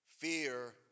Fear